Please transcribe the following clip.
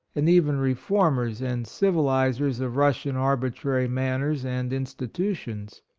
and even reformers and civ ilizers of russian arbitrary manners and institutions.